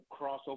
crossover